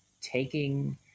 taking